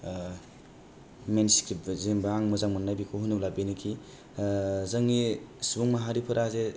मेन सिक्रिब जेनोबा आं मोजां मोननाय बेखौ होनोब्ला बेनोखि जोंनि सुबुं माहारिफोरा जे